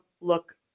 look